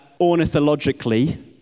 ornithologically